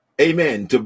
Amen